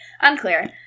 Unclear